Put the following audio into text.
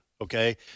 okay